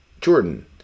Jordan